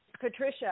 Patricia